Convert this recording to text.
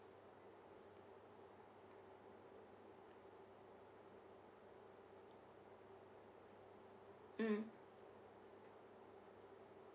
mm